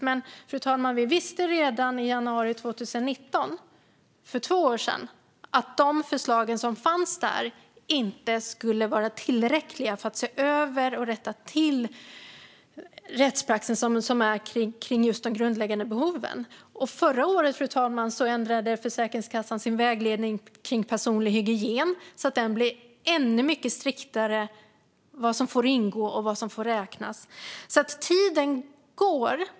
Men vi visste redan i januari 2019, för två år sedan, att de förslag som fanns där inte skulle vara tillräckliga för att se över och rätta till rättspraxis för just de grundläggande behoven. Förra året ändrade Försäkringskassan sin vägledning för personlig hygien så att det blev ännu mycket striktare vad som får ingå. Tiden går.